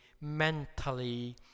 mentally